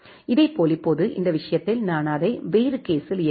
இதேபோல் இப்போது இந்த விஷயத்தில் நான் அதை வேறு கேஸ்ஸில் இயக்குகிறேன்